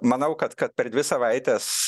manau kad kad per dvi savaites